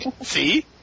See